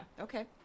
Okay